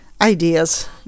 ideas